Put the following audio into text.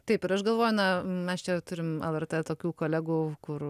taip ir aš galvoju na mes čia turim lrt tokių kolegų kur